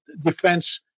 defense